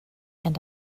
and